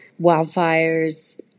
wildfires